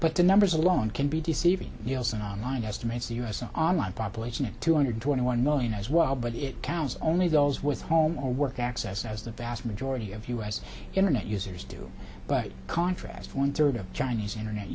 but the numbers alone can be deceiving yale's an online estimates the u s online population of two hundred twenty one million as well but it counts only those with home or work access as the vast majority of u s internet users do but contrast one third of chinese internet